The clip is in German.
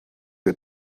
der